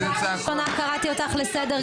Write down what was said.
פעם ראשונה קראתי אותך לסדר.